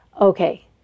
okay